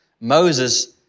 Moses